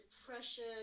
depression